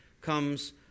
comes